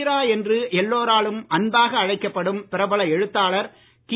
ரா என்று எல்லோராலும் அன்பாக அழைக்கப்படும் பிரபல எழுத்தாளர் கி